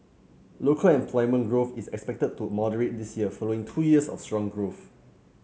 local employment growth is expected to moderate this year following two years of strong growth